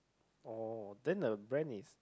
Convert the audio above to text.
oh then the brand is